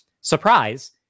Surprise